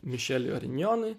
mišeliui arinjonui